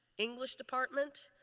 english department.